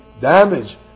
Damage